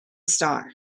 star